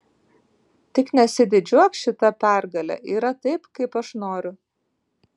tik nesididžiuok šita pergale yra taip kaip aš noriu